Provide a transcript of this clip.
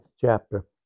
chapter